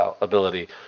ability